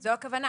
זאת הכוונה.